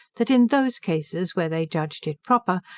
that in those cases where they judged it proper,